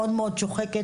חופשים.